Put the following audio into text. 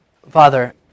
Father